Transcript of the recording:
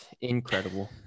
incredible